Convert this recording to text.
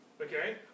Okay